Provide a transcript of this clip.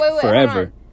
forever